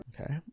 Okay